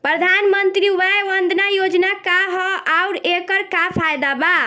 प्रधानमंत्री वय वन्दना योजना का ह आउर एकर का फायदा बा?